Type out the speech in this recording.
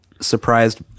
surprised